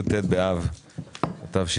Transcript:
י"ט באב תשפ"ב,